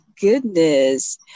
goodness